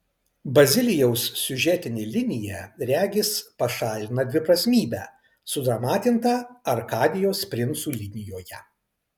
bazilijaus siužetinė linija regis pašalina dviprasmybę sudramatintą arkadijos princų linijoje